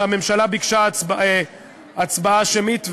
הממשלה ביקשה הצבעה שמית,